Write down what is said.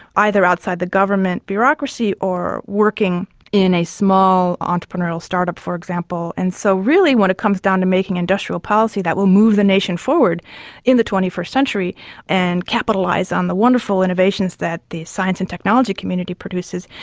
either outside the government bureaucracy or working in a small entrepreneurial start-up, for example. and so really when it comes down to making industrial policy that will move the nation forward in the twenty first century and capitalise on the wonderful innovations that the science and technology community produces,